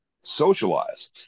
socialize